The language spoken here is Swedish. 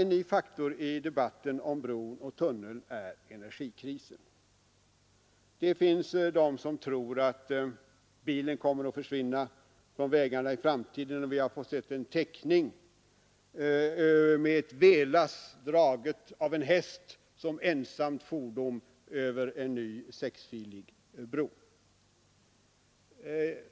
En ny faktor i debatten om bron och tunneln är energikrisen. Det finns de som tror att bilen kommer att försvinna från vägarna i framtiden. Vi har fått se en teckning av ett vedlass draget av en häst som ensamt fordon över en ny sexfilig bro.